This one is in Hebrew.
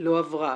לא עברה.